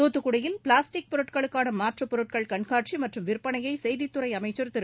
தூத்துக்குடியில் பிளாஸ்டிக் பொருட்களுக்கான மாற்றுப் பொருட்கள் கண்காட்சி மற்றும் விற்பனையை செய்தித் துறை அமைச்சர் திரு